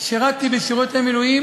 שירתי בשירות המילואים